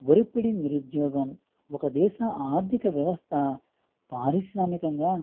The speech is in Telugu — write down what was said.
ఒరిపిడి నిరుద్యోగం ఒక దేశ ఆర్థిక వ్యవస్థ పారిశ్రామికంగా